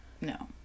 No